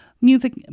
Music